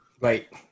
Right